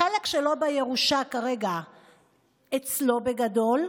החלק שלו בירושה כרגע אצלו בגדול,